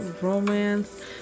romance